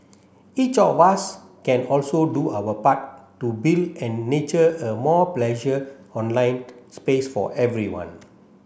each of us can also do our part to build and nurture a more pleasure online space for everyone